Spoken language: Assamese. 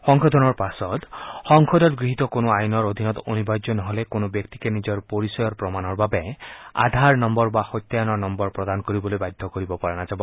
সংশোধনৰ পাছত সংসদত গহীত কোনো আইনৰ অধীনত অনিবাৰ্য নহলে কোনো ব্যক্তিকে নিজৰ পৰিচয়ৰ প্ৰমাণৰ বাবে আধাৰ নম্বৰ বা সত্যায়নৰ নম্বৰ প্ৰদান কৰিবলৈ বাধ্য কৰিব পৰা নাযাব